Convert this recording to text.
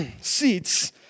seats